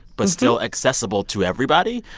but still accessible to everybody.